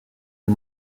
est